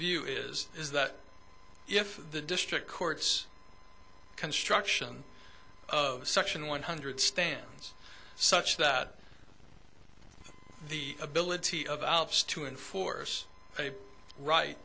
view is is that if the district court's construction of section one hundred stands such that the ability of alf's to enforce a right